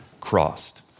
crossed